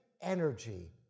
energy